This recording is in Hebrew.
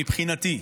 מבחינתי.